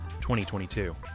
2022